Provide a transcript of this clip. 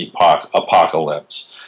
apocalypse